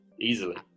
easily